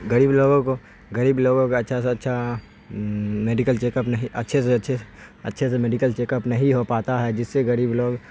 غریب لوگوں کو غریب لوگوں کو اچھا سے اچھا میڈیکل چیک اپ نہیں اچھے سے اچھے اچھے سے میڈیکل چیک اپ نہیں ہو پاتا ہے جس سے غریب لوگ